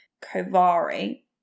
Kovari